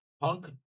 Punk